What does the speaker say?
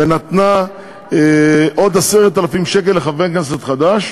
ונתנה עוד 10,000 שקל לחבר כנסת חדש.